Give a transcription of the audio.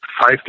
five